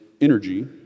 energy